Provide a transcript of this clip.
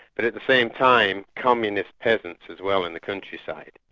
but at the same time, communist peasants as well in the countryside.